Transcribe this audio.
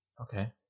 okay